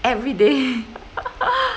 everyday